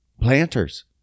planters